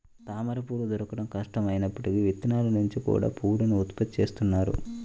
తామరపువ్వులు దొరకడం కష్టం అయినప్పుడు విత్తనాల నుంచి కూడా పువ్వులను ఉత్పత్తి చేస్తున్నారు